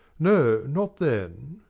no, not then.